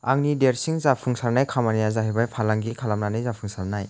आंनि देरसिन जाफुंसारनाय खामानिया जाहैबाय फालांगि खालामनानै जाफुंसारनाय